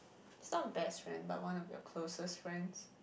is not best friend but one of your closest friends